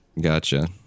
Gotcha